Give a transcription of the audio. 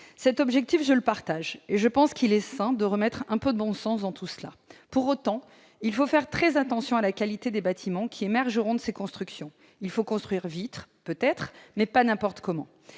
cet objectif et je pense qu'il est sain de remettre un peu de bon sens dans tout cela. Pour autant, il faut faire très attention à la qualité des bâtiments qui émergeront de ces constructions. Il faut peut-être construire vite, mais pas n'importe comment.